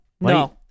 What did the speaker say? no